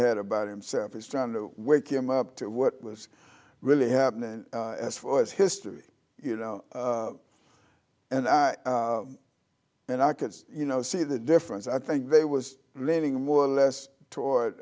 had about himself is trying to wake him up to what was really happening as far as history you know and i and i can you know see the difference i think there was leaning more or less toward